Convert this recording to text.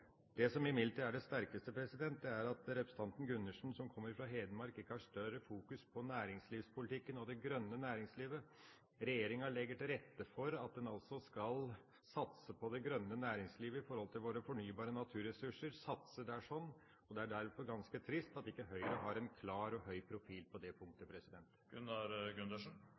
Det som imidlertid er det sterkeste, er at representanten Gundersen, som kommer fra Hedmark, ikke har større fokus på næringslivspolitikken og det grønne næringslivet. Regjeringa legger til rette for at en altså skal satse på det grønne næringslivet i forhold til våre fornybare naturressurser, og det er derfor ganske trist at ikke Høyre har en klar og høy profil på det punktet.